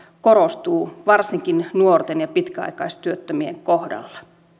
korostuu varsinkin nuorten ja pitkäaikaistyöttömien kohdalla